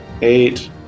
eight